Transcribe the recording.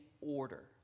order